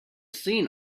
seen